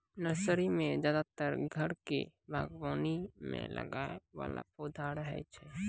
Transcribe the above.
nursery मॅ ज्यादातर घर के बागवानी मॅ लगाय वाला पौधा रहै छै